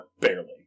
Barely